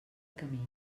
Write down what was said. camins